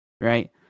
right